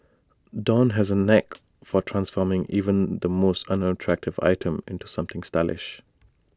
dawn has A knack for transforming even the most unattractive item into something stylish